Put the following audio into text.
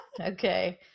Okay